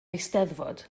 eisteddfod